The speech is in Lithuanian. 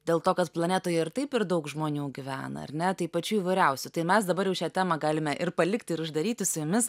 dėl to kad planetoje ir taip per daug žmonių gyvena ar ne tai pačių įvairiausių tai mes dabar jau šią temą galime ir palikti ir uždaryti su jumis